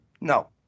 No